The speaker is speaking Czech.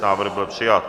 Návrh byl přijat.